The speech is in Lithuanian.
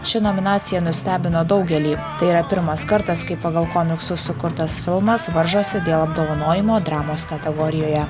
ši nominacija nustebino daugelį tai yra pirmas kartas kai pagal komiksus sukurtas filmas varžosi dėl apdovanojimo dramos kategorijoje